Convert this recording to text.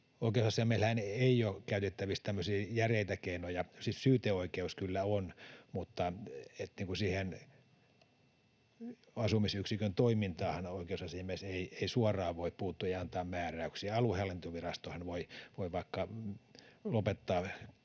Oikeusasiamiehellähän ei ole käytettävissä tämmöisiä järeitä keinoja — siis syyteoikeus kyllä on, mutta siihen asumisyksikön toimintaanhan oikeusasiamies ei suoraan voi puuttua ja antaa määräyksiä. Aluehallintovirastohan voi vaikka keskeyttää